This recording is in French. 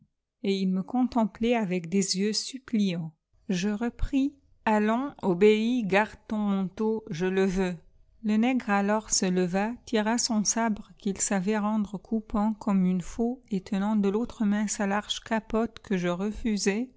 et il me contemplait avec des yeux suppliants et de la nuit je repris allons obéis garde ton manteau je le veux le nègre alors se leva tira son sabre qu'il savait rendre coupant comme une faux et tenant de l'autre main sa large capote que je refusais